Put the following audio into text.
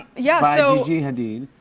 yeah by um gigi hadid.